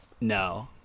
No